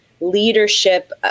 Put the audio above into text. leadership